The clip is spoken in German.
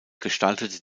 gestaltete